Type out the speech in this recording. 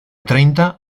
treinta